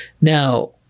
now